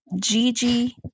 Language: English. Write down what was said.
Gigi